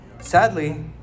Sadly